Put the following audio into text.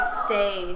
stay